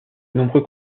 nombreux